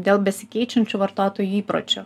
dėl besikeičiančių vartotojų įpročių